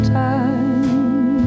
time